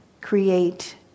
create